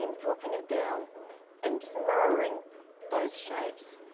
um dropping it down and just mirroring those shapes.